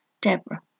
Deborah